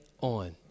on